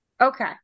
Okay